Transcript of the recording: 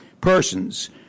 persons